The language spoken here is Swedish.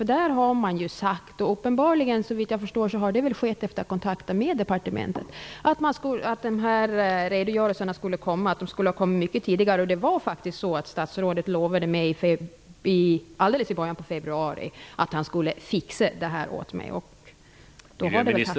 I jordbruksutskottet har det -- såvitt jag förstår efter kontakter med departementet -- nämligen sagts att de här redogörelserna skulle ha kommit mycket tidigare. Dessutom lovade statsrådet faktiskt mig i början på februari att han skulle ''fixa det här'' åt mig.